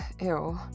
Ew